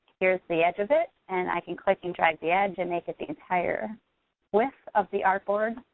here's the edge of it, and i can click and drag the edge and make it the entire width of the art board,